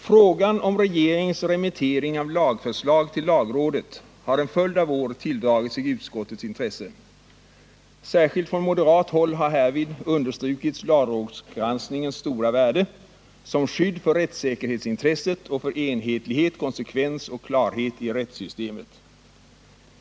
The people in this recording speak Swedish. Frågan om regeringens remittering av lagförslag till lagrådet har en följd av år tilldragit sig utskottets intresse. Särskilt från moderat håll har därvid understrukits lagrådsgranskningens stora värde som skydd för rättssäkerhetsintresset och för enhetlighet, konsekvens och klarhet i rättssystemet.